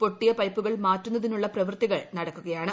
പൊട്ടിയ പൈപ്പുകൾ മാറ്റുന്നതിനുള്ള പ്രവൃത്തികൾ നടക്കുകയാണ്